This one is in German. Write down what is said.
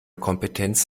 kompetenz